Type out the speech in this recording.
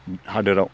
हादोरसायाव